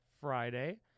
Friday